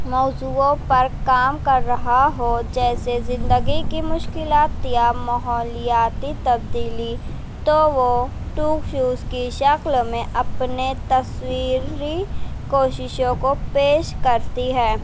موضوعوں پر کام کر رہا ہو جیسے زندگی کی مشکلات یا ماحولیاتی تبدیلی تو وہ ٹوک شوز کی شکل میں اپنے تصویری کوششوں کو پیش کرتی ہے